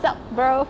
what's up brother